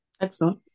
Excellent